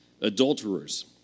adulterers